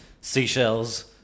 seashells